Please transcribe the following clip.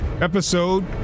episode